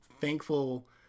thankful